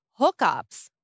hookups